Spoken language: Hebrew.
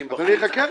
לשלוט.